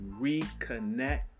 reconnect